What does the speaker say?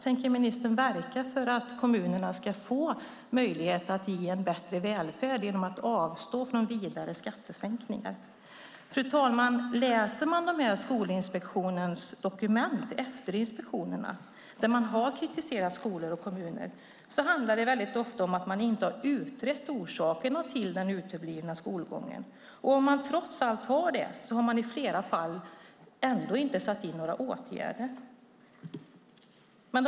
Tänker ministern verka för att kommunerna ska få möjlighet att skapa bättre välfärd genom att avstå från vidare skattesänkningar? Om man läser de dokument som Skolinspektionen upprättat efter inspektionerna, där de kritiserar skolor och kommuner, ser man att det ofta handlar om att orsakerna till den uteblivna skolgången inte har utretts. Om det trots allt skett har i flera fall ändå inga åtgärder satts in.